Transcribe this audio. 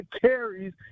carries